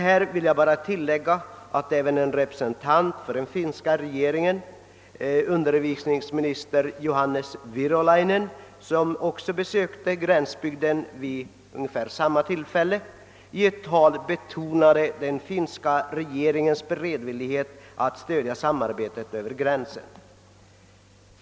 Jag vill tillägga att även en representant för den finska regeringen, undervisningsminister Johannes Virolainen, som besökte gränsbygden «vid ungefär samma tidpunkt, i ett tal har betonat den finska regeringens beredvillighet att stödja samarbetet över gränsen.